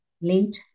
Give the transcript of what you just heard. late